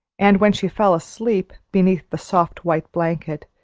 and when she fell asleep, beneath the soft white blanket,